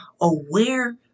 aware